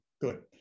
good